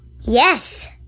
Yes